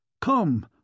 Come